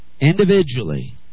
individually